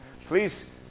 please